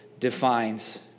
defines